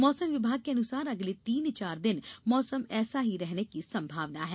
मौसम विभाग के अनुसार अगले तीन चार दिन मौसम ऐसा ही रहने की संभावना है